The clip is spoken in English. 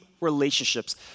relationships